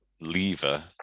lever